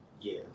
Yes